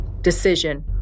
decision